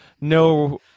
no